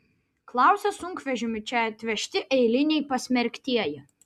klausia sunkvežimiu čia atvežti eiliniai pasmerktieji